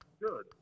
good